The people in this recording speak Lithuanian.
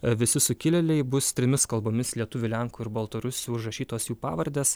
visi sukilėliai bus trimis kalbomis lietuvių lenkų ir baltarusių užrašytos jų pavardės